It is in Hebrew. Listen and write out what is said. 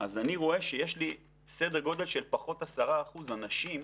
אז אני רואה שיש לי סדר גודל של פחות 10% אנשים